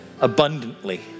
abundantly